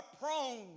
prone